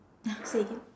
!huh! say again